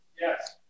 Yes